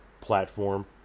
platform